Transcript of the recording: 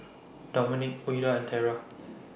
Dominic Ouida and Terra